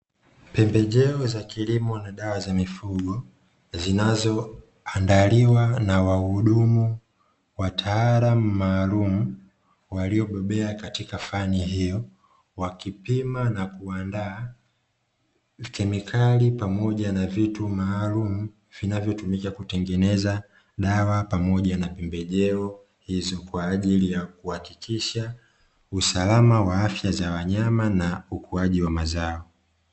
Pembejeo za kilimo na dawa za mifugo, zinazoandaliwa na wahudumu, wataalamu maalumu, waliobobea katika fani hiyo. Wakipima na kuandaa kemikali pamoja na vitu maalumu vinavyotumika kutengeneza dawa pamoja na pembejeo hizo, kwa ajili ya kuhakikisha usalama wa afya za wanyama na ukuaji wa mazao.